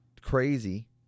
crazy